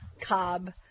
cob